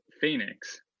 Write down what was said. Phoenix